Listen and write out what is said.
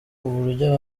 uburyo